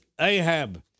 Ahab